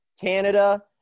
Canada